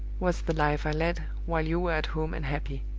was the life i led, while you were at home and happy.